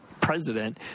president